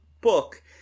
book